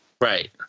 right